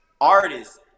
artists